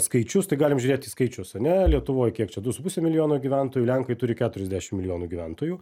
skaičius tai galim žiūrėt į skaičius ane lietuvoj kiek čia du su puse milijono gyventojų lenkai turi keturiasdešim milijonų gyventojų